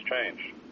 change